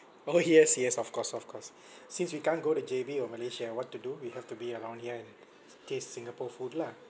orh yes yes of course of course since we can't go to J_B or malaysia what to do we have to be around here taste singapore food lah